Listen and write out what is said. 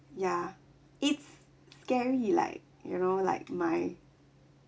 ya it's scary like you know like my